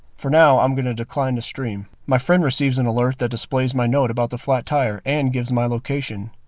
for now i'm going to decline to stream. my friend receives an alert that displays my note about the flat tire and gives my location.